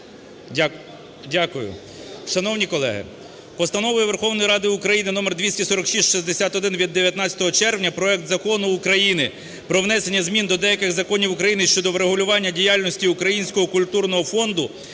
дякую. Шановні колеги, Постановою Верховної Ради України № 246/61 від 19 червня проект Закону України про внесення змін до деяких законів України щодо врегулювання діяльності Українського культурного фонду